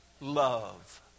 love